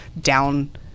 down